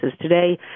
Today